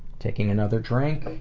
taking another drink.